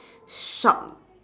shop